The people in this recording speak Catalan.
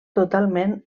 totalment